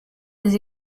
des